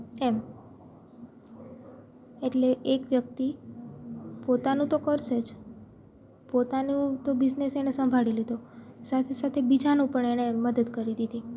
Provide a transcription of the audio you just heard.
એમ એટલે એક વ્યક્તિ પોતાનું તો કરશે જ પોતાનું તો બિઝનેસ એણે સંભાળી લીધો સાથે સાથે બીજાનું પણ એણે મદદ કરી દીધી